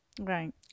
Right